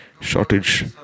shortage